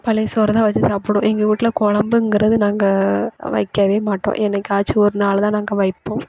பழைய சோறு தான் வச்சி சாப்புடுவோம் எங்கள் வீட்டில் குழம்புங்கிறது நாங்கள் வைக்கவே மாட்டோம் என்னைக்காச்சும் ஒரு நாளு தான் நாங்கள் வைப்போம்